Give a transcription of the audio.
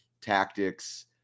tactics